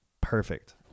perfect